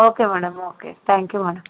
okay madam okay thank you madam